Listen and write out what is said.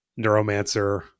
neuromancer